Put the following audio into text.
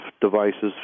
devices